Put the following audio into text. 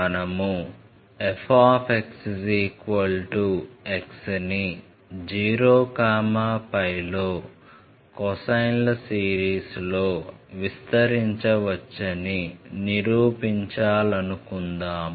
మనము f x ని 0πలో కొసైన్ల సిరీస్లో విస్తరించవచ్చని నిరూపించాలనుకుందాం